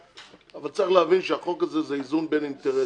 אבל צריך להבין שהחוק הזה זה איזון בין אינטרסים,